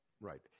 right